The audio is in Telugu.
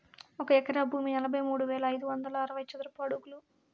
ఒక ఎకరా భూమి నలభై మూడు వేల ఐదు వందల అరవై చదరపు అడుగులు